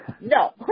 No